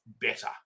better